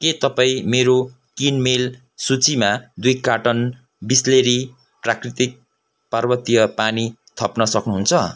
के तपाईँ मेरो किनमेल सूचीमा दुई कार्टन बिसलेरी प्राकृतिक पर्वतीय पानी थप्न सक्नुहुन्छ